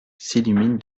s’illumine